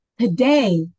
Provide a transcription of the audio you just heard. Today